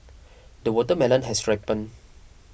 the watermelon has ripened